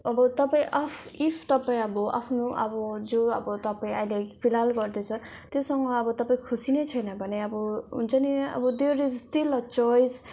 अब तपाईँ आफ इफ तपाईँ अब आफ्नो अब जो अब तपाईँ अहिले फिलहाल गर्दैछ त्योसँग अब तपाईँ खुसी नै छैन भने अब हुन्छ नि अब there is still a choice